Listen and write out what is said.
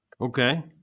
Okay